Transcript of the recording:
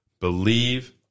believe